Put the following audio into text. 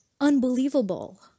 unbelievable